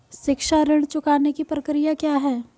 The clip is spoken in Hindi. शिक्षा ऋण चुकाने की प्रक्रिया क्या है?